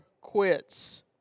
quits